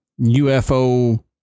UFO